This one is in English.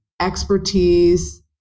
expertise